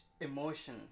emotion